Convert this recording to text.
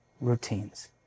routines